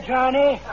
Johnny